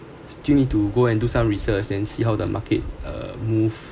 still need to go and do some research then see how the market uh move